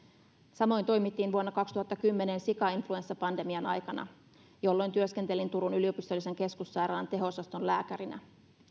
samoin toimittiin vuonna kaksituhattakymmenen sikainfluenssapandemian aikana jolloin työskentelin turun yliopistollisen keskussairaalan teho osaston lääkärinä